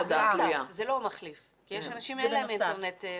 כי יש אנשים שאין להם אינטרנט.